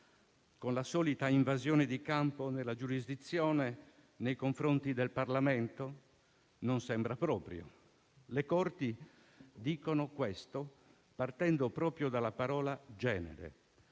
Con la solita invasione di campo della giurisdizione nei confronti del Parlamento? Non sembra proprio. Le Corti dicono questo partendo proprio dalla parola «genere»,